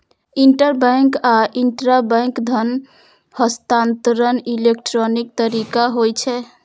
interbank आ intrabank धन हस्तांतरण इलेक्ट्रॉनिक तरीका होइ छै